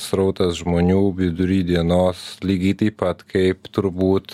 srautas žmonių vidury dienos lygiai taip pat kaip turbūt